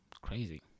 crazy